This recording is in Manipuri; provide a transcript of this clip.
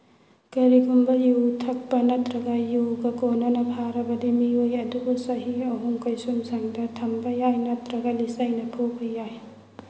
ꯀꯔꯤꯒꯨꯝꯕ ꯌꯨ ꯊꯛꯄ ꯅꯠꯇ꯭ꯔꯒ ꯌꯨꯒ ꯀꯣꯟꯅꯅ ꯐꯥꯔꯕꯗꯤ ꯃꯤꯑꯣꯏ ꯑꯗꯨꯕꯨ ꯆꯍꯤ ꯑꯍꯨꯝ ꯀꯩꯁꯨꯝꯁꯪꯗ ꯊꯝꯕ ꯌꯥꯏ ꯅꯠꯇ꯭ꯔꯒ ꯂꯤꯆꯩꯅ ꯐꯨꯕ ꯌꯥꯏ